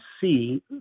see